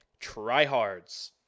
Tryhards